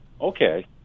okay